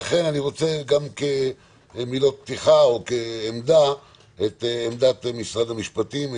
ולכן אני רוצה גם כמילות פתיחה או כעמדה את עמדת משרד המשפטים.